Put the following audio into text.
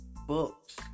books